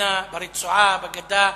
מדינה ברצועה, בגדה,